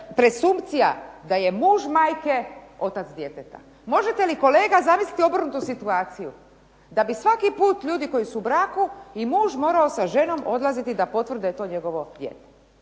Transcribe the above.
da je muž majke otac djeteta. Možete li kolega zamisliti obrnutu situaciju, da bi svaki puta ljudi koji su u braku i muž morao odlaziti da potvrde jeli to njegovo dijete.